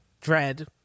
dread